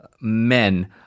men